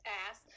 ass